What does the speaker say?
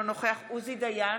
אינו נוכח עוזי דיין,